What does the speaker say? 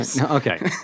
Okay